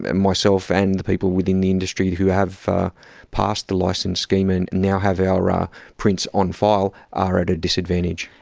and myself and the people within the industry who have ah passed the licence scheme and now have our ah prints on file are at a disadvantage.